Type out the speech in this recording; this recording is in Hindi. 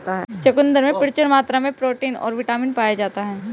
चुकंदर में प्रचूर मात्रा में प्रोटीन और बिटामिन पाया जाता ही